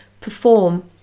perform